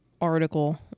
article